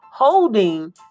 Holding